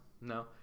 no